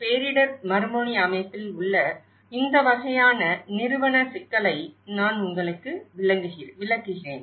பேரிடர் மறுமொழி அமைப்பில் உள்ள இந்த வகையான நிறுவன சிக்கலை நான் உங்களுக்கு விளக்குகிறேன்